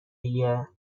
دیگه